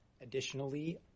Additionally